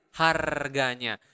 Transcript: harganya